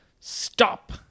stop